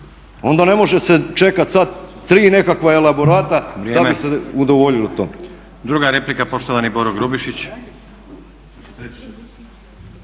onda ne može se čekati sada 3 nekakva elaborata da bi se udovoljilo tome.